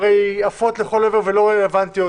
הרי עפות לכל עבר ולא רלוונטיות.